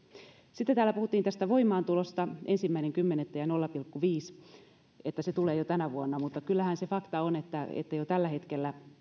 sitten täällä puhuttiin tästä voimaantulosta ensimmäinen kymmenettä ja nolla pilkku viisi että se tulee jo tänä vuonna mutta kyllähän se fakta on että että jo tällä hetkellä